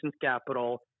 capital